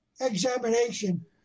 examination